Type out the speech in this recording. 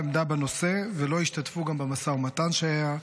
עמדה בנושא ולא השתתפו גם במשא-ומתן שהיה,